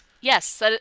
Yes